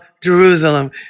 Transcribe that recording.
Jerusalem